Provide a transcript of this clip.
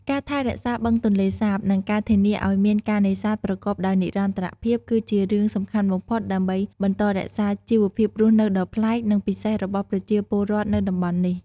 ការថែរក្សាបឹងទន្លេសាប និងការធានាឱ្យមានការនេសាទប្រកបដោយនិរន្តរភាព គឺជារឿងសំខាន់បំផុតដើម្បីបន្តរក្សាជីវភាពរស់នៅដ៏ប្លែក និងពិសេសរបស់ប្រជាពលរដ្ឋនៅតំបន់នេះ។